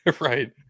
Right